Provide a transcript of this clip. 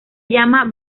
llama